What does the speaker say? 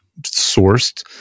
sourced